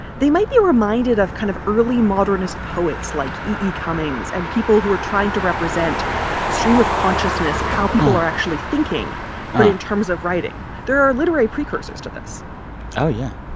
they might be reminded of kind of early modernist poets like e e. cummings and people who are trying to represent a stream of consciousness of how people are actually thinking but in terms of writing. there are literary precursors to this oh, yeah.